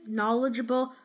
knowledgeable